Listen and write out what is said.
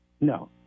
No